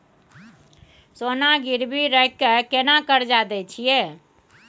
सोना गिरवी रखि के केना कर्जा दै छियै?